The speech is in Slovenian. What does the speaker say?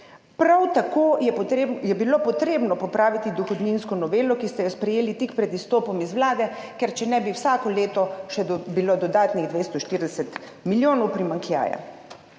Prav tako je bilo potrebno popraviti dohodninsko novelo, ki ste jo sprejeli tik pred izstopom z vlade, ker če ne, bi bilo vsako leto še dodatnih 240 milijonov primanjkljaja.